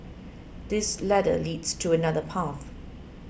this ladder leads to another path